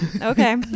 Okay